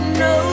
no